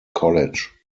college